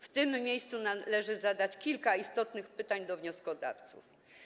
W tym miejscu należy zadać kilka istotnych pytań do wnioskodawców.